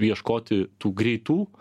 ieškoti tų greitų